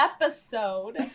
episode